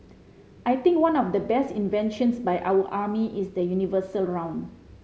I think one of the best inventions by our army is the universal round